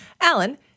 Alan